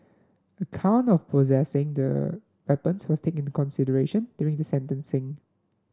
a count of possessing the weapons was taken into consideration during sentencing